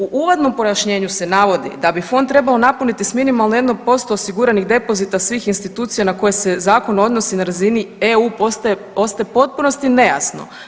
U uvodnom pojašnjenju se navodi da fond trebalo napuniti s minimalno 1% osiguranih depozita svih institucija na koje se zakon odnosi na razini EU ostaje u potpunosti nejasno.